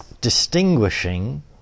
distinguishing